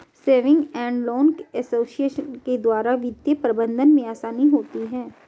saving and loan association के द्वारा वित्तीय प्रबंधन में आसानी होती है